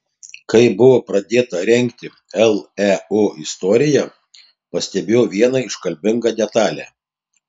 kai buvo pradėta rengti leu istorija pastebėjau vieną iškalbingą detalę